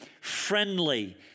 friendly